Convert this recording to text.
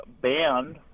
banned